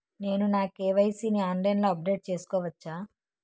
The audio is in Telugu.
నేను నా కే.వై.సీ ని ఆన్లైన్ లో అప్డేట్ చేసుకోవచ్చా?